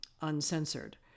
uncensored